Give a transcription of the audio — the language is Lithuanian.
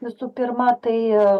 visų pirma tai